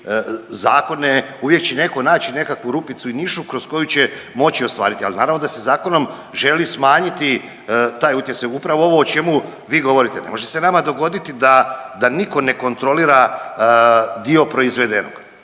uvijek će neko naći nekakvu rupicu i nišu kroz koju će moći ostvariti, ali naravno da se zakonom želi smanjiti taj utjecaj, upravo ovo o čemu vi govorite. Ne može se nama dogoditi da niko ne kontrolira dio proizvedenog,